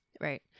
Right